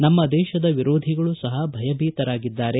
ನಮ್ಮ ದೇಶದ ವಿರೋಧಿಗಳೂ ಸಹ ಭಯಭೀತರಾಗಿದ್ದಾರೆ